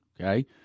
okay